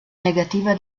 negativa